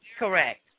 Correct